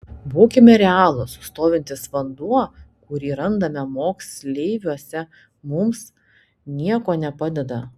būkime realūs stovintis vanduo kurį randame moksleiviuose mums nieko nepadeda